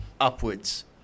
upwards